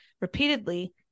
repeatedly